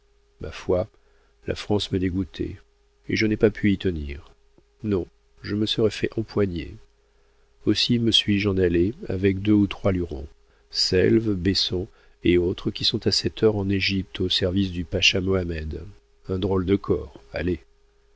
ma foi la france me dégoûtait et je n'ai pas pu y tenir non je me serais fait empoigner aussi me suis-je en allé avec deux ou trois lurons selves besson et autres qui sont à cette heure en égypte au service du pacha mohammed un drôle de corps allez